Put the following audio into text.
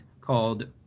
called